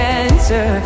answer